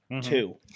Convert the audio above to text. Two